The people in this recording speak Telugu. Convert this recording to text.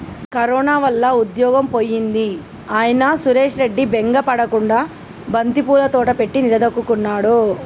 కరోనా వల్ల ఉద్యోగం పోయింది అయినా సురేష్ రెడ్డి బెంగ పడకుండా బంతిపూల తోట పెట్టి నిలదొక్కుకున్నాడు